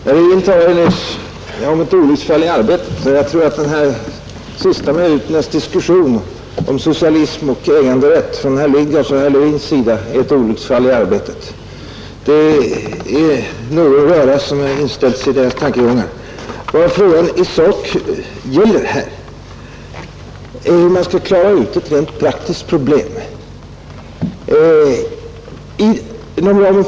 Herr talman! Herr Levin talade nyss om ett olycksfall i arbetet. Jag tror att de senaste minuternas inlägg av herr Lidgard och herr Levin om socialism och äganderätt är ett olycksfall i arbetet. Det är någon röra som har inställt sig i deras tankegångar. Vad frågan i sak gäller är ju hur man skall klara ut ett rent praktiskt problem av begränsad betydelse.